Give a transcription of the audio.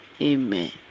Amen